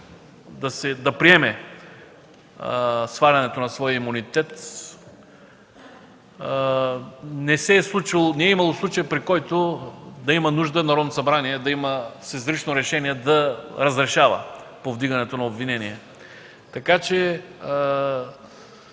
да приеме свалянето на своя имунитет, не е имало случай, при който да има нужда Народното събрание с изрично решение да разрешава повдигането на обвинения. Така че